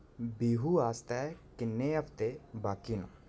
बिहू आस्तै किन्ने हफ्ते बाकी न